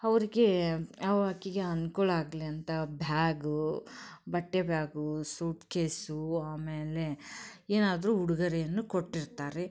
ಅವ್ರಿಗೆ ಅವ ಆಕೆಗೆ ಅನುಕೂಲ ಆಗಲಿ ಅಂತ ಬ್ಯಾಗು ಬಟ್ಟೆ ಬ್ಯಾಗು ಸೂಟ್ಕೇಸು ಆಮೇಲೆ ಏನಾದರೂ ಉಡುಗೊರೆಯನ್ನು ಕೊಟ್ಟಿರ್ತಾರೆ